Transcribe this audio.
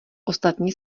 ostatní